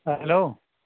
hello